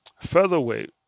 Featherweight